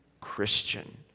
Christian